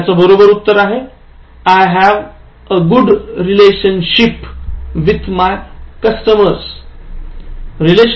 याच बरोबर उत्तर आहे I have a good relationship with my customers